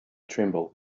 tremble